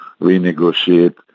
renegotiate